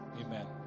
Amen